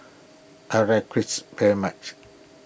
I like Chris very much